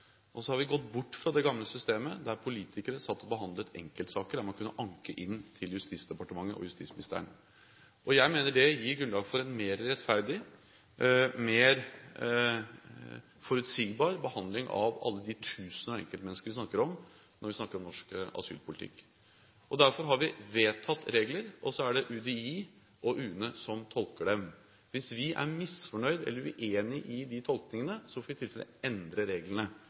Så har vi gått bort fra det gamle systemet der politikere satt og behandlet enkeltsaker, der man kunne anke inn til Justisdepartementet og justisministeren. Jeg mener det gir grunnlag for en mer rettferdig, mer forutsigbar behandling av alle de tusener av enkeltmennesker vi snakker om, når vi snakker om norsk asylpolitikk. Derfor har vi vedtatt regler, og så er det UDI og UNE som tolker dem. Hvis vi er misfornøyd med eller uenig i de tolkningene, får vi i tilfelle endre reglene.